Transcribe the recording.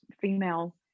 female